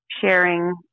sharing